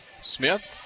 Smith